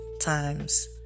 times